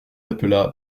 appela